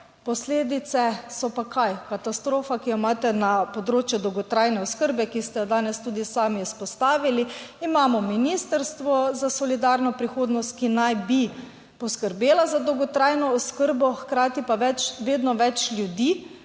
Posledice so pa kaj? Katastrofa, ki jo imate na področju dolgotrajne oskrbe, ki ste jo danes tudi sami izpostavili. Imamo Ministrstvo za solidarno prihodnost, ki naj bi poskrbela za dolgotrajno oskrbo, hkrati pa vedno več ljudi,